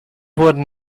wurden